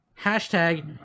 Hashtag